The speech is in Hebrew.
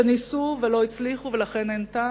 שניסו ולא הצליחו ולכן אין טעם?